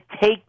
take